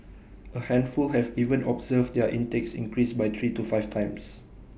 A handful have even observed their intakes increase by three to five times